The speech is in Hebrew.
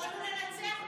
יכולנו לנצח פה.